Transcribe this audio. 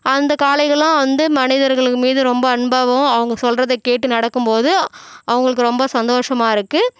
அந்த காளைகளும் வந்து மனிதர்கள் மீது ரொம்ப அன்பாகவும் அவங்க சொல்கிறத கேட்டு நடக்கும்போது அவங்களுக்கு ரொம்ப சந்தோஷமா இருக்குது